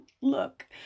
Look